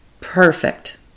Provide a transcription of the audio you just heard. Perfect